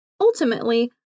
Ultimately